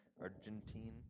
Argentine